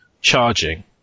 charging